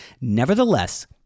Nevertheless